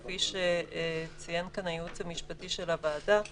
כפי שציין כאן הייעוץ המשפטי של הוועדה,